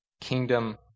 kingdom